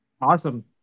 Awesome